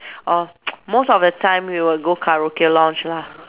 or most of the time we will go karaoke lounge lah